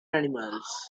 animals